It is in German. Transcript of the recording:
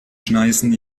schneisen